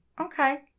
Okay